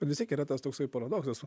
bet vis tiek yra tas toksai paradoksas